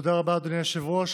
תודה רבה, אדוני היושב-ראש.